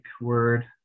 word